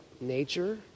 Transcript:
nature